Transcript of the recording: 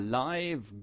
live